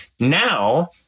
now